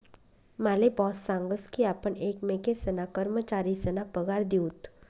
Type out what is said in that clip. माले बॉस सांगस की आपण एकमेकेसना कर्मचारीसना पगार दिऊत